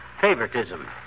Favoritism